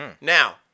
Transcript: Now